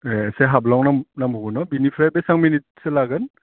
एह एसे हाब्लांबावनांगोनना बेनिफ्राय बेसेबां मिनिटसो लागोन